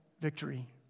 victory